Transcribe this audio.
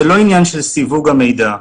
זה לא עניין של סיווג המידע,